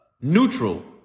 neutral